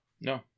no